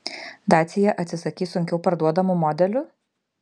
dacia atsisakys sunkiau parduodamų modelių